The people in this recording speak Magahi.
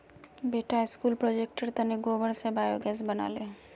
बेटा स्कूल प्रोजेक्टेर तने गोबर स बायोगैस बना ले